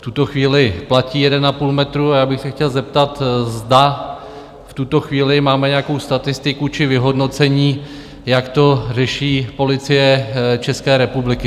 V tuto chvíli platí jeden a půl metru a já bych se chtěl zeptat, zda v tuto chvíli máme nějakou statistiku či vyhodnocení, jak to řeší Policie České republiky.